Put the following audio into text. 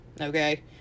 okay